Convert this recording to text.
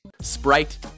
Sprite